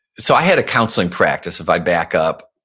so i had a counseling practice if i back up,